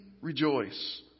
rejoice